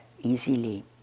easily